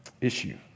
issue